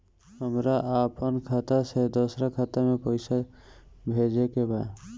हमरा आपन खाता से दोसरा खाता में पइसा भेजे के बा